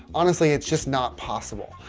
honestly, it's just not possible.